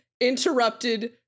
interrupted